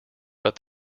but